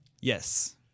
Yes